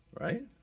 right